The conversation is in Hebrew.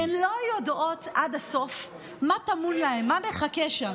הן לא יודעות עד הסוף מה טמון להן, מה מחכה שם.